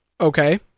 Okay